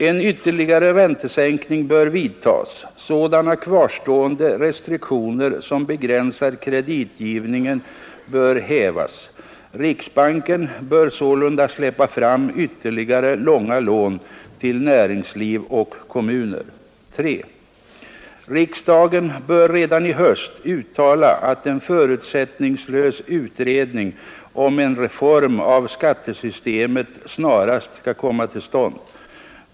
En ytterligare räntesänkning bör vidtas. Sådana kvarstående restriktioner som begränsar kreditgivningen bör hävas. Riksbanken bör sålunda släppa fram ytterligare långa lån till näringsliv och kommuner. 3. Riksdagen bör redan i höst uttala att en förutsättningslös utredning om en reform av skattesystemet snarast skall komma till stånd.